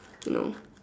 you know